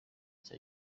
cya